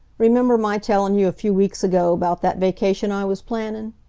remember my tellin' you, a few weeks ago, bout that vacation i was plannin?